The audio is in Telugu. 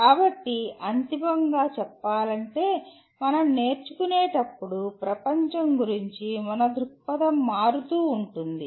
కాబట్టి అంతిమంగా చెప్పాలంటే మనం నేర్చుకునేటప్పుడు ప్రపంచం గురించి మన దృక్పథం మారుతూ ఉంటుంది